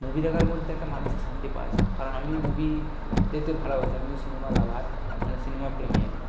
movie দেখার মধ্যে একটা মানসিক শান্তি পাওয়া যায় কারণ আমিও মুভি দেখতে ভালোবাসি আমিও সিনেমা লাভার মানে সিনেমাপ্রেমী আর কি